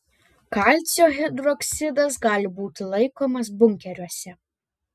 kalcio hidroksidas gali būti laikomas bunkeriuose